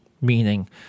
Meaning